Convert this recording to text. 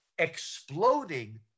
exploding